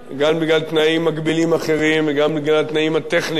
גם בגלל תנאים מגבילים אחרים וגם בגלל התנאים הטכניים,